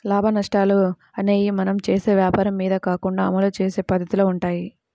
లాభనష్టాలు అనేయ్యి మనం చేసే వ్వాపారం మీద కాకుండా అమలు చేసే పద్దతిలో వుంటయ్యి